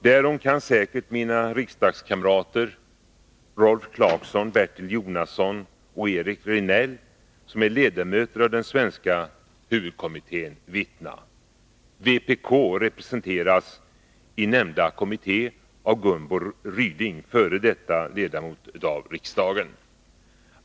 Därom kan säkert mina riksdagskamrater Rolf Clarkson, Bertil Jonasson och Eric Rejdnell, som är ledamöter av den svenska huvudkommittén, vittna. Vpk representeras i nämnda kommitté av Gunvor Ryding, f. d. ledamot av riksdagen.